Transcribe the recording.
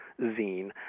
zine